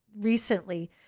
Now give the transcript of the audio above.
recently